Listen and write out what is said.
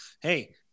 Hey